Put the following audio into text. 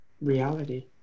reality